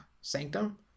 sanctum